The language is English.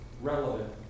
relevant